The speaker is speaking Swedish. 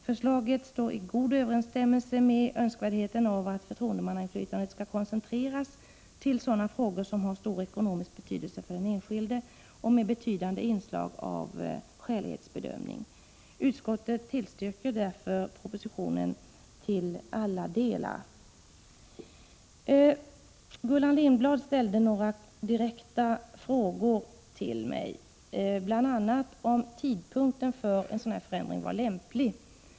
Förslaget står i god överensstämmelse med önskvärdheten av att förtroendemannainflytandet skall koncentreras till frågor av stor ekonomisk betydelse för den enskilde och med betydande inslag av skälighetsbedömning. Utskottet tillstyrker därför propositionen till alla delar. Gullan Lindblad ställde några frågor till mig, bl.a. om tidpunkten för en sådan här ändring var lämplig.